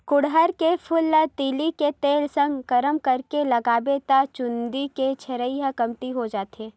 गुड़हल के फूल ल तिली के तेल संग गरम करके लगाबे त चूंदी के झरई ह कमती हो जाथे